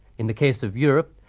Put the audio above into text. in the case of europe,